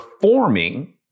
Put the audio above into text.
forming